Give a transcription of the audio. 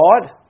God